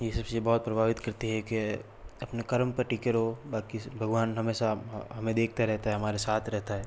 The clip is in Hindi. ये सबसे चीज़ें बहुत प्रभावित करती है कि अपने कर्म पर टिके रहो बाकी सब भगवान हमेशा हमें देखता रहता है हमारे साथ रहता है